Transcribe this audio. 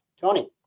Tony